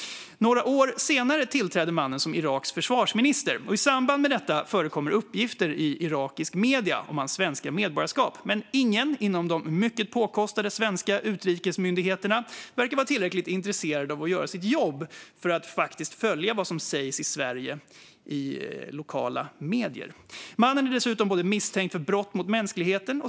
Några år senare tillträder mannen som Iraks försvarsminister. I samband med detta förekommer uppgifter i irakiska medier om hans svenska medborgarskap, men ingen inom de mycket påkostade svenska utrikesmyndigheterna verkar vara tillräckligt intresserad av att göra sitt jobb och följa vad som sägs om Sverige i lokala medier. Mannen är misstänkt för brott mot mänskligheten.